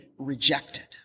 rejected